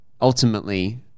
ultimately